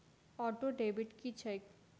Auto debit की छैक?